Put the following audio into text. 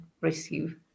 receive